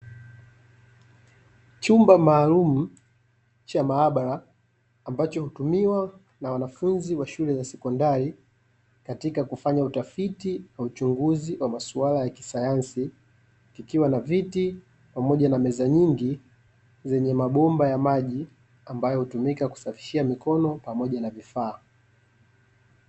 Chumba maalumu cha maabara, ambacho hutumiwa na wanafunzi wa sekondari, katika kufanya utafiti na uchunguzi wa masuala ya kisayansi, kikiwa na viti pamoja na meza nyingi zenye mabomba ya maji, ambayo hutumika kusafishia mikono pamoja na vifaa.